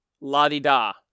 La-di-da